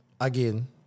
again